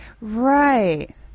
Right